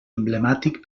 emblemàtic